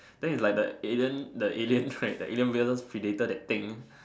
then it's like the alien the alien right the alien versus predator that thing